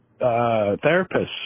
therapists